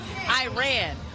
Iran